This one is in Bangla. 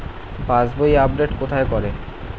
পাসবই আপডেট কোথায় করে?